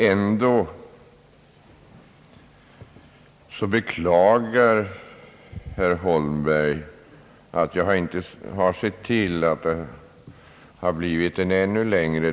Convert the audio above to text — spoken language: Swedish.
Ändå beklagar herr Holmberg att jag inte sett till att debatten blivit ännu längre.